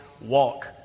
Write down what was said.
walk